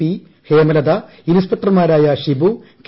P Hemalatha ഇൻസ്പെക്ടർമാരായ ഷിബു ്യക